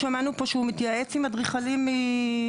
שמענו פה שהוא מתייעץ עם אדריכלים מחו"ל,